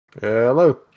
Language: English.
Hello